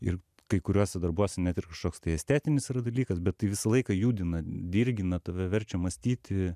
ir kai kuriuose darbuose net ir kažkoks tai estetinis dalykas bet tai visą laiką judina dirgina tave verčia mąstyti